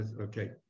Okay